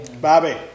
Bobby